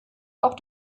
auch